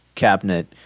cabinet